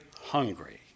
hungry